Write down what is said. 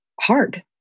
hard